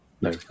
no